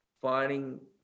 finding